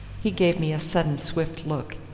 he gave me a sudden, swift look,